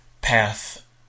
path